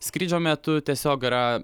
skrydžio metu tiesiog yra